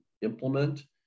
implement